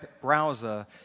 browser